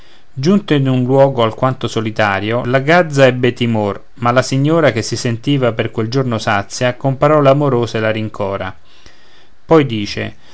giunte in un luogo alquanto solitario la gazza ebbe timor ma la signora che si sentiva per quel giorno sazia con parole amorose la rincora poi dice